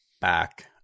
back